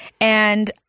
And-